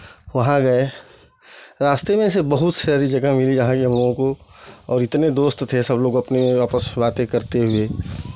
वहाँ गए रास्ते में ऐसे बहुत से अभी जगह मिली हमलोगों को और इतने दोस्त थे सबलोग अपने आपस में बातें करते हुए